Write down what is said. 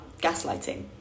gaslighting